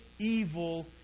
evil